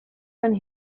than